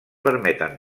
permeten